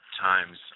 times